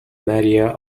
maria